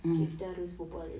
okay kita harus berbual